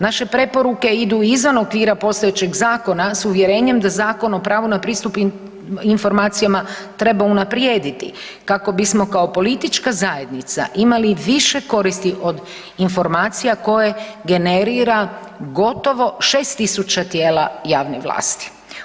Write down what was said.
Naše preporuke idu izvan okvira postojećeg zakona s uvjerenjem da Zakon o pravu na pristup informacijama treba unaprijediti kako bismo kao politička zajednica imali više koristi od informacija koje generira gotovo 6.000 tijela javne vlasti.